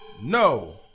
no